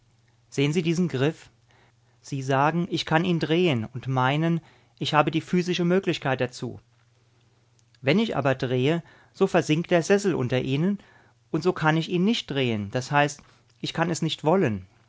sehen sie diesen griff sie sagen ich kann ihn drehen und meinen ich habe die physische möglichkeit dazu wenn ich aber drehe so versinkt der sessel unter ihnen und so kann ich ihn nicht drehen das heißt ich kann es nicht wollen